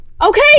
Okay